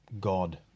God